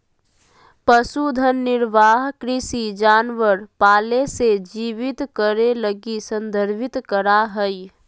पशुधन निर्वाह कृषि जानवर पाले से जीवित करे लगी संदर्भित करा हइ